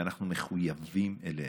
ואנחנו מחויבים להם,